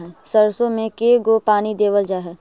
सरसों में के गो पानी देबल जा है?